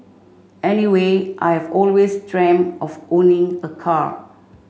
anyway I have always dreamt of owning a car